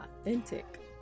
authentic